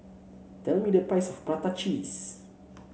tell me the price of Prata Cheese